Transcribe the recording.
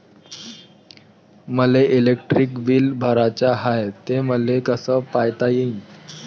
मले electric bill भराचं हाय, ते मले कस पायता येईन?